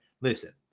Listen